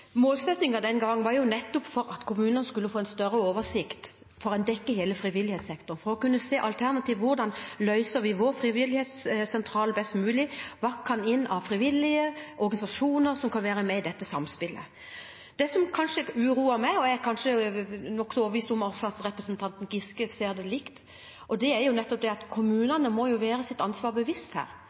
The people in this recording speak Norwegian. den gang var nettopp at kommunene skulle få en større oversikt – for en dekker hele frivillighetssektoren – for å kunne se alternativer: Hvordan løser vi oppgavene i vår frivillighetssentral best mulig? Hva kan inn av frivillige og organisasjoner, som kan være med i dette samspillet? Det som kanskje uroer meg – og jeg er nokså overbevist om at representanten Giske ser det likt – er nettopp det at kommunene må være seg sitt ansvar bevisst her.